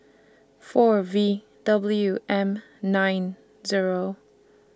four V W M nine Zero